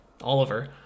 Oliver